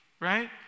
right